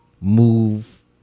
Move